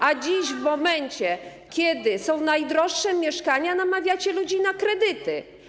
A dziś, w momencie kiedy są najdroższe mieszkania, namawiacie ludzi na kredyty.